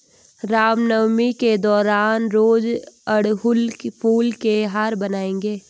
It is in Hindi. रामनवमी के दौरान रोज अड़हुल फूल के हार बनाएंगे